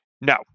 No